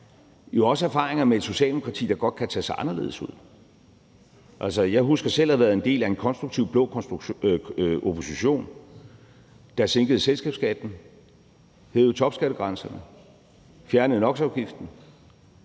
jo også erfaringer med et socialdemokrati, der godt kan tage sig anderledes ud. Altså, jeg husker selv at have været en del af en konstruktiv blå opposition, der sænkede selskabsskatten, hævede topskattegrænserne og fjernede NOx-afgiften